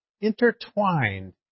intertwined